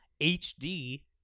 HD